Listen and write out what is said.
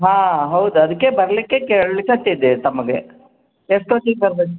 ಹಾಂ ಹೌದು ಅದಕ್ಕೆ ಬರಲಿಕ್ಕೆ ಕೇಳ್ಲಿಕ್ಕೆ ಹಚ್ಚಿದೆ ತಮಗೆ ಎಷ್ಟೊತ್ತಿಗೆ ಬರ್ಬೇಕು